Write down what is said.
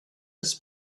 des